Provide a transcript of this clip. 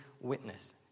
witness